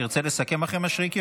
תרצה לסכם אחרי מישרקי,